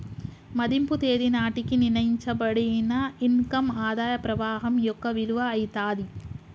మదింపు తేదీ నాటికి నిర్ణయించబడిన ఇన్ కమ్ ఆదాయ ప్రవాహం యొక్క విలువ అయితాది